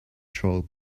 troll